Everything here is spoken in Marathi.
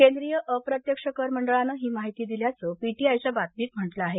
केंद्रीय अप्रत्यक्ष कर मंडळानं ही माहिती दिल्याचं पी टी आयच्या बातमीत म्हटलं आहे